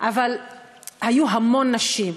אבל היו המון נשים,